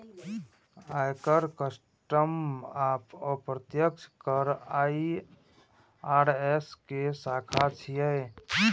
आयकर, कस्टम आ अप्रत्यक्ष कर आई.आर.एस के शाखा छियै